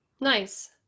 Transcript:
Nice